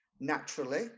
naturally